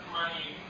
money